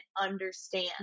understand